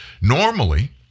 Normally